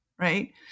right